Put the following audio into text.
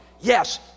Yes